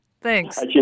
Thanks